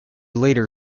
later